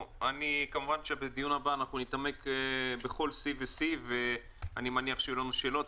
כמובן שבדיון הבא נתעמק בכל סעיף וסעיף ואני מניח שיהיו לנו שאלות.